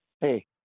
hey